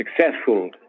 successful